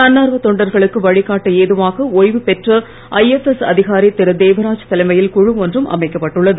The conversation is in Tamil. தன்னார்வ தொண்டர்களுக்கு வழிகாட்ட ஏதுவாக ஓய்வு பெற்ற ஐஎப்எஸ் அதிகாரி திரு தேவராஜ் தலைமையில் குழு ஒன்றும் அமைக்கப்பட்டுள்ளது